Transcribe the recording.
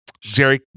Jerry